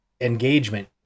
engagement